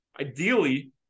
Ideally